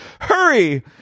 Hurry